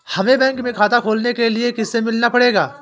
हमे बैंक में खाता खोलने के लिए किससे मिलना पड़ेगा?